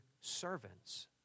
servants